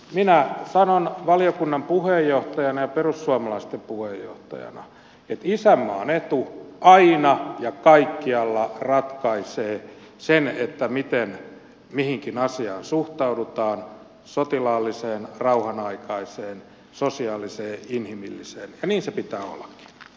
minä sanon valiokunnan puheenjohtajana ja perussuomalaisten puheenjohtajana että isänmaan etu aina ja kaikkialla ratkaisee sen miten mihinkin asiaan suhtaudutaan sotilaalliseen rauhanaikaiseen sosiaaliseen inhimilliseen ja niin se pitää ollakin